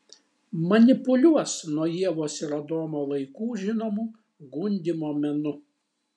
manipuliuos nuo ievos ir adomo laikų žinomu gundymo menu